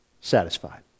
satisfied